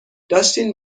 داشتین